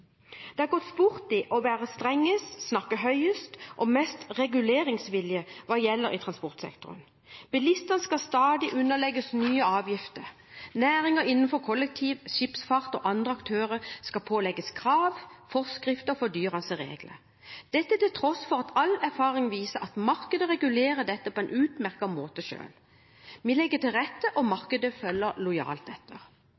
Det har gått sport i å være strengest, snakke høyest og være mest reguleringsvillig hva gjelder transportsektoren. Bilistene skal stadig pålegges nye avgifter, næringer innenfor kollektiv, skipsfart og andre aktører skal pålegges krav, forskrifter og fordyrende regler – dette til tross for at all erfaring viser at markedet regulerer dette på en utmerket måte selv. Vi legger til rette, og